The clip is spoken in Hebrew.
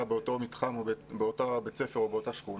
באותו מתחם או באותו בית ספר או באותה שכונה,